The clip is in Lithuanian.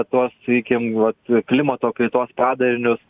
tuos sakykim vat klimato kaitos padarinius